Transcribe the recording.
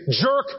jerk